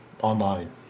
online